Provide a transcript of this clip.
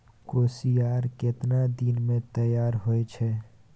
कोसियार केतना दिन मे तैयार हौय छै?